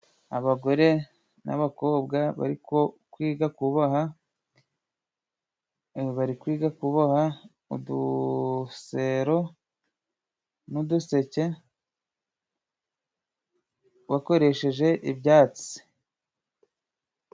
Abagore n'abakobwa bariko kwiga kuboha. Barikwiga kuboha udusero n'uduseke, bakoresheje ibyatsi.